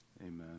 Amen